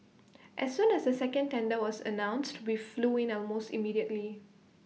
as soon as the second tender was announced we flew in almost immediately